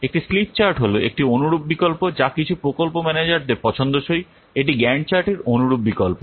একটি slip chart হল একটি অনুরূপ বিকল্প যা কিছু প্রকল্প ম্যানেজারদের পছন্দসই এটি গ্যান্ট চার্টের অনুরূপ বিকল্প